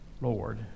Lord